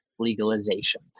legalization